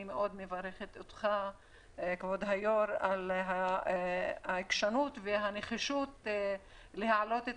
אני מאוד מברכת אותך כבוד היו"ר על העקשנות והנחישות להעלות את